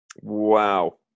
wow